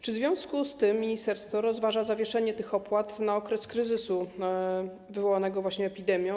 Czy w związku z tym ministerstwo rozważa zawieszenie tych opłat właśnie na okres kryzysu wywołanego epidemią?